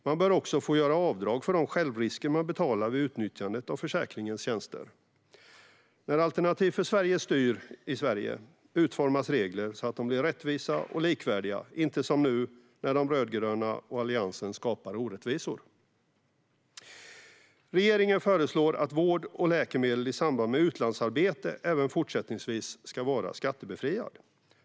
Man bör också få göra avdrag för de självrisker man betalar vid utnyttjandet av försäkringens tjänster. När Alternativ för Sverige styr utformas regler så att de blir rättvisa och likvärdiga, inte som nu när de rödgröna och Alliansen skapar orättvisor. Regeringen föreslår att vård och läkemedel i samband med utlandsarbete även fortsättningsvis ska vara skattebefriade.